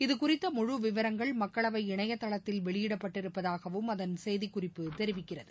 இதுகுறித்த முழு விவரங்கள் மக்களவை இணையதளத்தில் வெளியிடப்பட்டிருப்பதாகவும் அதன் செய்திக்குறிப்பு தெரிவிக்கிறது